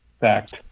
fact